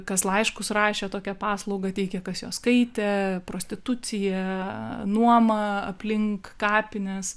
kas laiškus rašė tokią paslaugą teikė kas juos skaitė prostitucija nuoma aplink kapines